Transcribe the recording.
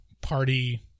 party